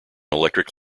electric